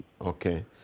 Okay